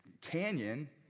canyon